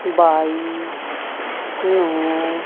ਬਾਈ ਨੂੰ